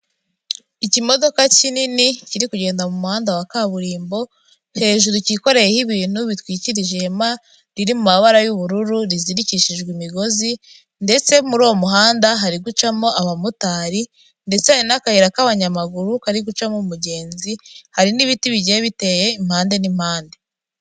Ikimodoka kinini kiri kugenda mu muhanda wa kaburimbo, hejuru cyikoreyeho ibintu bitwikirije ihema riri mu mabara y'ubururu rizirikishijwe imigozi ndetse muri uwo muhanda hari gucamo abamotari ndetse hari n'akayira k'abanyamaguru kari gucamo umugenzi, hari n'ibiti bigiye biteye impande n'impande.